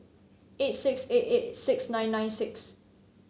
eight six eight eight six nine nine six